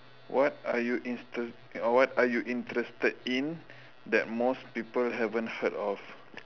what are you inst~ what are you interested in that most people haven't heard of